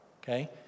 Okay